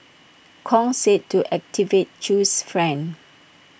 Kong said to activate chew's friend